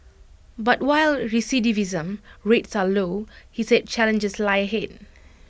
but while recidivism rates are low he said challenges lie ahead